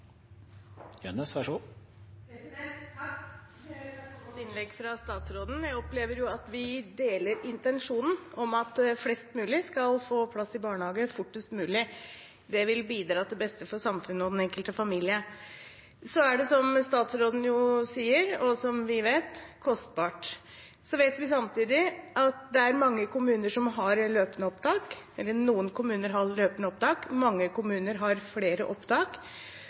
godt innlegg fra statsråden. Jeg opplever at vi deler intensjonen om at flest mulig skal få plass i barnehage fortest mulig. Det vil bidra til beste for samfunnet og den enkelte familie. Så er det, som statsråden sier, og som vi vet, kostbart. Vi vet samtidig at noen kommuner har løpende opptak, og mange kommuner har flere opptak. Mitt spørsmål til statsråden er da: Hvordan kan vi bidra til å øke fleksibiliteten, slik at flere kommuner kan ha flere